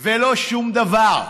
ולא שום דבר.